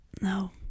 No